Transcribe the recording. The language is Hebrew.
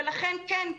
ולכן כן,